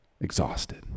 exhausted